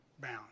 bound